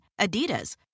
Adidas